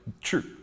true